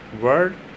word